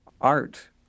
Art